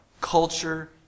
culture